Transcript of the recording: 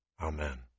Amen